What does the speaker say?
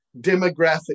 demographic